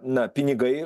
na pinigai